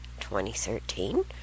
2013